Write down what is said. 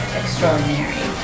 extraordinary